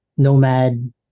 nomad